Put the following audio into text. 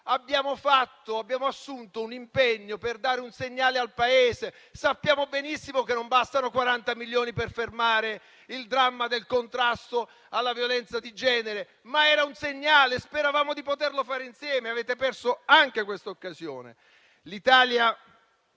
Abbiamo assunto un impegno per dare un segnale al Paese. Sappiamo benissimo che non bastano 40 milioni per fermare il dramma della violenza di genere, ma era un segnale e speravamo di poterlo fare insieme. Avete perso anche questa occasione.